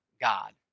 God